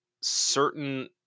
certain